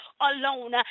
alone